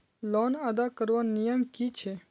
Loan अदा करवार नियम की छे?